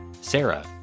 Sarah